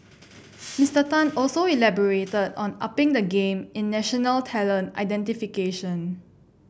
Mister Tang also elaborated on upping the game in national talent identification